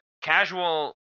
casual